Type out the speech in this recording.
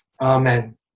Amen